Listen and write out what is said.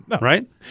Right